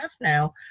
now